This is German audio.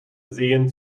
seen